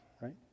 right